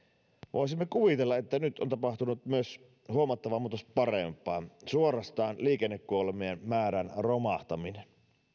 voisimme kuvitella että nyt on tapahtunut myös huomattava muutos parempaan suorastaan liikennekuolemien määrän romahtaminen